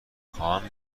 خواهم